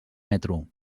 metro